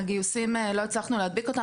לא הצלחנו להדביק את הגיוסים,